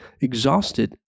exhausted